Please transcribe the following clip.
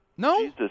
No